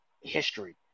history